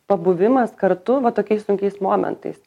pabuvimas kartu va tokiais sunkiais momentais